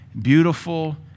Beautiful